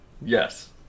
Yes